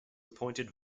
appointed